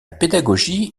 pédagogie